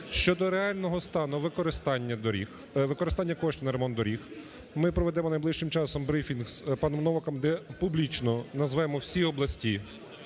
доріг... використання коштів на ремонт доріг, ми проведемо найближчим часом брифінг з паном Новаком, де публічно назвемо всі області,